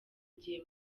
igihe